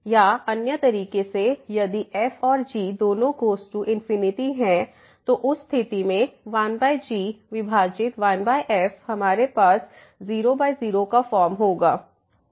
या अन्य तरीके से यदि f और g दोनों गोज़ टू हैं तो उस स्थिति में 1g विभाजित1f हमारे पास 00 का फॉर्म होगा